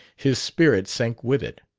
his spirit sank with it.